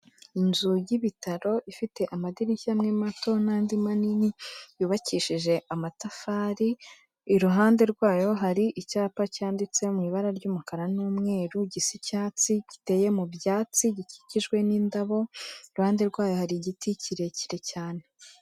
Inzu y'ibitaro ifite amadirishya amwe mato n'andi manini yubakishije amatafari, iruhande rwayo hari icyapa cyanditse mu ibara ry'umukara n'umweru gisa icyatsi, giteye mu byatsi, gikikijwe n'indabo, iruhande rwayo hari igiti kirekire cyane.